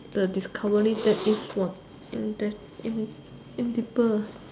the discovery that is was in in edible